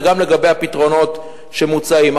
וגם לגבי הפתרונות שמוצעים.